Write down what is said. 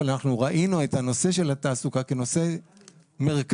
אבל ראינו את הנושא של התעסוקה כנושא מרכזי